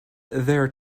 their